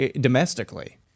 domestically